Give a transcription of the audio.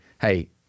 Hey